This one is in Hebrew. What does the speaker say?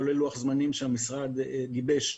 כולל לוח זמנים שהמשרד גיבש,